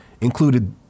included